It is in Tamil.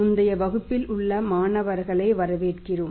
முந்தைய வகுப்பில் உள்ள மாணவர்களை வரவேற்கிறோம்